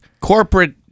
Corporate